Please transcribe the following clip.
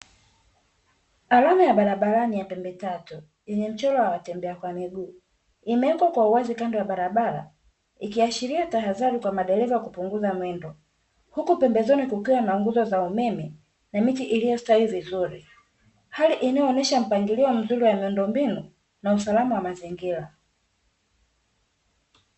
Alama ya barabara ni ya pembetatu yenye mchoro wa watembea kwa miguu imewekwa kwa uwazi kando ya barabara ikiashiria tahadhari kwa madereva kupunguza mwendo. Huku pembezoni kukiwa na nguzo za umeme na miti iliyostawi vizuri hali inayoonyesha mpangilio mzuri wa miundombinu na usalama wa mazingira.